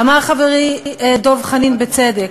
אמר חברי דב חנין, בצדק,